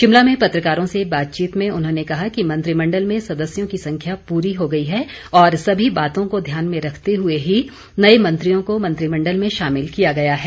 शिमला में पत्रकारों से बातचीत में उन्होंने कहा कि मंत्रिमंडल में सदस्यों की संख्या पूरी हो गई है और सभी बातों को ध्यान में रखते हुए ही नए मंत्रियों को मंत्रिमंडल में शामिल किया गया है